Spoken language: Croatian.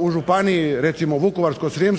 u županiji recimo Vukovarsko-srijemskoj